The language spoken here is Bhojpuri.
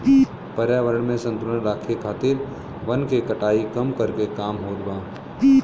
पर्यावरण में संतुलन राखे खातिर वन के कटाई कम करके काम होत बा